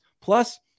Plus